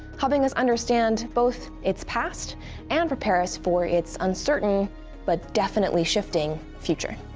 helping us understand both its past and prepare us for its uncertain but definitely shifting future.